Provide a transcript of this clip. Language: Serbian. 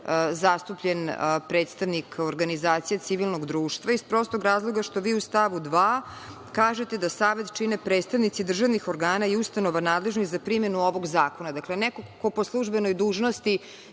zastupljen predstavnik organizacije civilnog društva? Iz prostog razloga što vi u stavu 2. kažete da - Savet čine predstavnici državnih organa i ustanova nadležnih za primenu ovog zakona. Dakle, neko ko po službenoj dužnosti